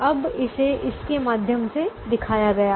अब इसे इसके माध्यम से दिखाया गया है